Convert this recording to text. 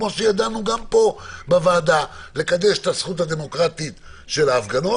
כמו שידענו גם פה בוועדה לקדש את הזכות הדמוקרטית של ההפגנות,